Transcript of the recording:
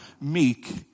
meek